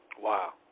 Wow